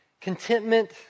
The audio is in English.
Contentment